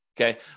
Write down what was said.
Okay